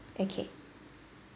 okay